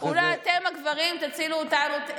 אולי אתם, הגברים, תצילו אותנו.